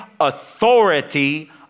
authority